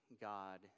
God